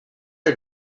are